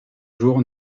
jour